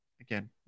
again